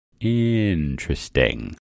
Interesting